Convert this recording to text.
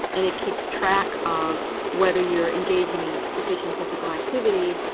and it keeps track of whether you're engaging in sufficient physical activity.